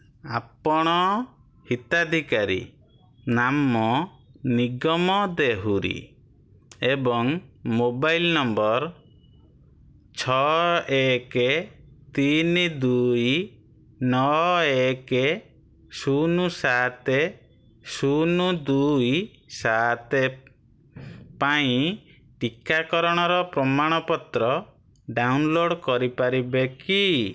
ଆପଣ ହିତାଧିକାରୀ ନାମ ନିଗମ ଦେହୁରୀ ଏବଂ ମୋବାଇଲ୍ ନମ୍ବର୍ ଛଅ ଏକେ ତିନି ଦୁଇ ନଅ ଏକେ ଶୂନ ସାତେ ଶୂନ ଦୁଇ ସାତେ ପାଇଁ ଟିକାକରଣର ପ୍ରମାଣପତ୍ର ଡାଉନଲୋଡ଼୍ କରିପାରିବେ କି